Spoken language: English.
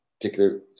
particular